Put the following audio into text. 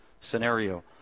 scenario